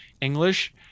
english